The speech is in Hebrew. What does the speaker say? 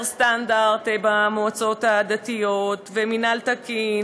סטנדרט במועצות הדתיות ומינהל תקין,